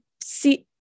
see